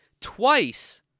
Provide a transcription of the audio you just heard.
Twice